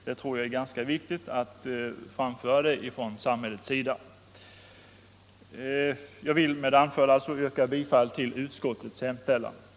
Jag tror det är ganska viktigt Nr 134 att detta framhålls från samhällets sida. Onsdagen den Jag vill med det anförda yrka bifall till utskottets hemställan. 4 december 1974